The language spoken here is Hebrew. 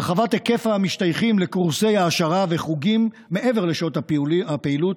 הרחבת היקף המשתייכים לקורסי העשרה וחוגים מעבר לשעות הפעילות,